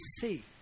see